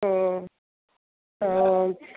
ഓ ആ